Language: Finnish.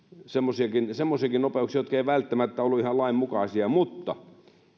semmoisiakin semmoisiakin nopeuksia jotka eivät välttämättä olleet ihan lainmukaisia mutta